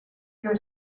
your